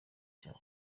cyabo